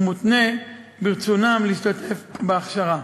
והוא מותנה ברצונם להשתתף בהכשרה.